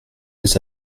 les